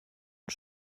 und